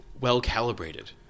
well-calibrated